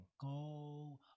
Go